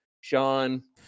Sean